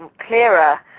clearer